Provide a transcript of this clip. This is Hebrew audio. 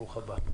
ברוך הבא.